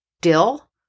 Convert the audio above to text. dill